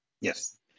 yes